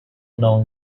known